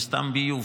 נסתם ביוב,